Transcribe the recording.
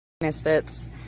misfits